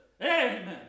Amen